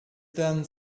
done